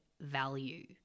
value